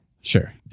Sure